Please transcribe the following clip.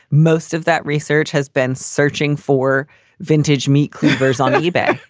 most of that research has been searching for vintage meat cleavers on ebay.